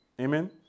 Amen